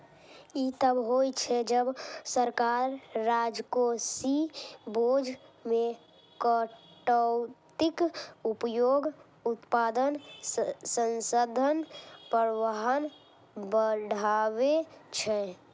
ई तब होइ छै, जब सरकार राजकोषीय बोझ मे कटौतीक उपयोग उत्पादक संसाधन प्रवाह बढ़बै छै